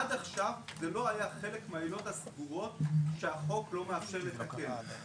עד עכשיו זה לא היה חלק מהעילות הסבירות שהחוק לא מאפשר לתקן.